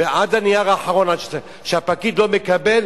ועד הנייר האחרון שהפקיד לא מקבל,